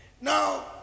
Now